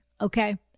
okay